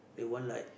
they want like